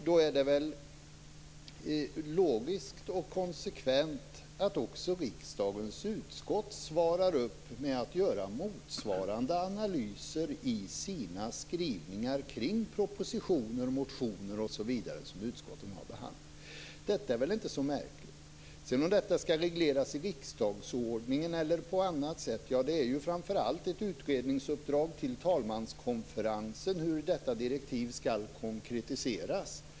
Då vore det väl logiskt och konsekvent att också riksdagens utskott gör motsvarande analyser i sina skrivningar kring motioner, propositioner osv. som utskotten har att behandla. Detta är väl inte så märkligt. Om det sedan skall regleras i riksdagsordning eller på annat sätt är framför allt ett utredningsuppdrag till talmanskonferensen hur detta direktiv skall konkretiseras.